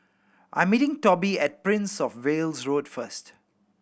I am meeting Toby at Prince Of Wales Road first